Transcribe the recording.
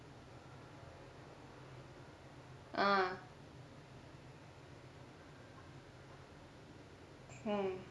ah mm